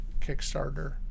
Kickstarter